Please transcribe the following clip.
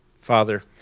Father